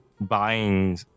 buying